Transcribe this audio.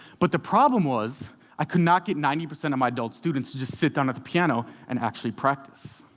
but the problem was i could not get ninety percent of my adult students to just sit down at the piano and actually practice.